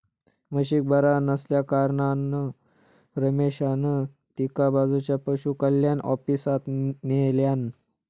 म्हशीक बरा नसल्याकारणान रमेशान तिका बाजूच्या पशुकल्याण ऑफिसात न्हेल्यान